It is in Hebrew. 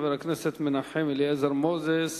חבר הכנסת מנחם אליעזר מוזס,